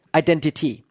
identity